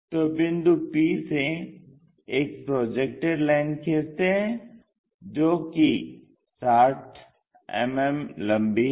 तो बिंदु p से एक प्रोजेक्टेड लाइन खींचते हैं जो कि 60 मिमी लम्बी है